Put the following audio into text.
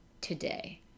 today